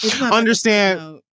understand